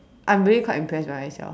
I'm really quite impressed by myself